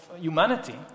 humanity